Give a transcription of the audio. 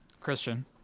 Christian